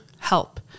help